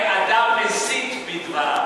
אין לך מה להגיד,